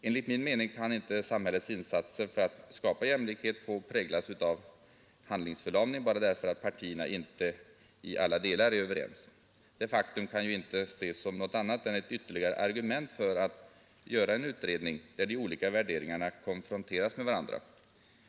Enligt min mening kan inte samhällets insatser för att skapa jämlikhet få präglas av handlingsförlamning bara därför att partierna inte i alla delar är överens. Detta faktum kan ju inte ses som något annat än ett ytterligare argument för att göra en utredning där de olika värderingarna konfronteras med varandra.